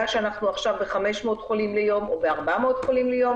שאנחנו עכשיו ב-500 חולים ליום או ב-400 חולים ליום,